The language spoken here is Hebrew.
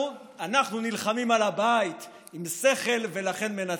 אנחנו נלחמים על הבית, עם שכל, ולכן מנצחים.